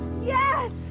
Yes